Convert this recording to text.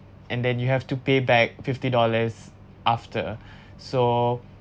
and then you have to pay back fifty dollars after so